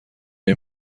این